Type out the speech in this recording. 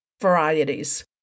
varieties